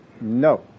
No